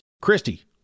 Christy